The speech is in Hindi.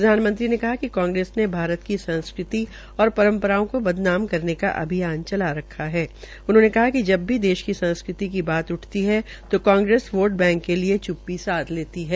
प्रधानमंत्री ने कहा कि कांग्रेस ने भारतीय संस्कृति को परम्परा को बदनाम करने का अभियान चला रखा है उन्होंने कहा कि जब भी देश की संस्कृति की कोई बात उठती है तो कांग्रेस वोट बैंक के लिये च्प्पी साध लेती है